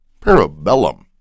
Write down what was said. Parabellum